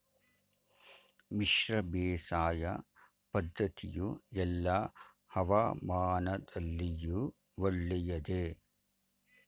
ಮಿಶ್ರ ಬೇಸಾಯ ಪದ್ದತಿಯು ಎಲ್ಲಾ ಹವಾಮಾನದಲ್ಲಿಯೂ ಒಳ್ಳೆಯದೇ?